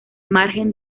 margen